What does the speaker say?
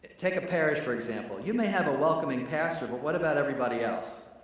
take a parish, for example. you may have a welcoming pastor but what about everybody else?